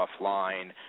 offline